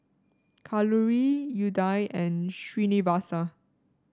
Kalluri Udai and Srinivasa